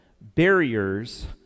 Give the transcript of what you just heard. barriers